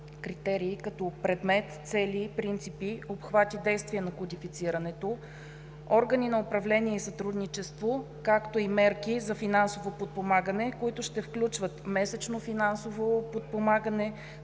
критерии, като предмет, цели и принципи, обхват и действие на кодифицирането, органи на управление и сътрудничество, както и мерки за финансово подпомагане, които ще включват месечно финансово подпомагане,